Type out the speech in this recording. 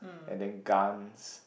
and then guns